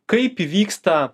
kaip įvyksta